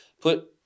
Put